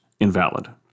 invalid